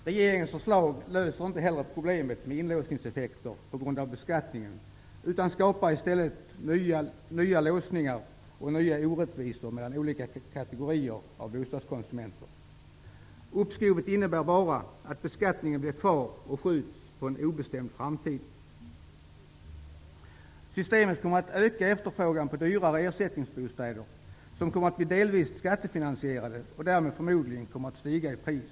Regeringens förslag löser inte heller problemet med inlåsningseffekter på grund av beskattning utan skapar i stället nya låsningar och nya orättvisor mellan olika kategorier av bostadskonsumenter. Uppskovet innebär bara att beskattningen är kvar men skjuts på en obestämd framtid. Systemet kommer att öka efterfrågan på dyrare ersättningsbostäder som kommer att bli delvis skattefinansierade. Därmed kommer de förmodligen att stiga i pris.